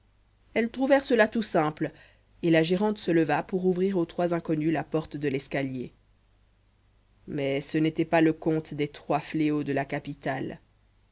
elles trouvèrent cela tout simple et la gérante se leva pour ouvrir aux trois inconnus la porte de l'escalier mais ce n'était pas le compte des trois fléaux de la capitale